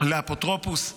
לאפוטרופוס הכללי.